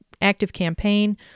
ActiveCampaign